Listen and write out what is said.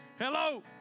Hello